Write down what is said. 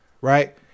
Right